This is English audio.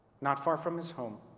not far from his home,